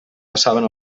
passaven